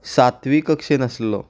सातवी कक्षेंत आसलो